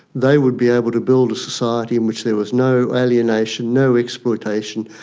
they would be able to build a society in which there was no alienation, no exploitation,